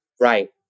right